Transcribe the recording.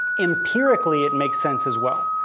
empirically it makes sense as well.